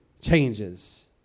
changes